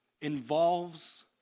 involves